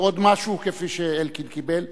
ועוד משהו, כפי שאלקין קיבל.